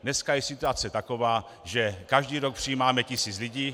Dneska je situace taková, že každý rok přijímáme tisíc lidí.